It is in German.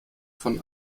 von